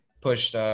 pushed